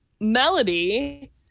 Melody